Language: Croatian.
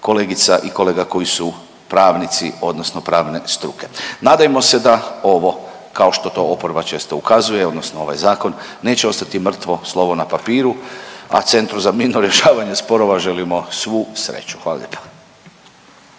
kolegica i kolega koji su pravnici odnosno pravne struke. Nadajmo se da ovo kao što to oporba često ukazuje odnosno ovaj zakon neće ostati mrtvo slovo na papiru, a Centru za mirno rješavanje sporova želimo svu sreću, hvala lijepa.